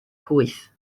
pwyth